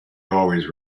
always